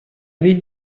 dit